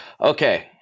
Okay